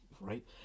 Right